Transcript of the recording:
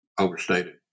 overstated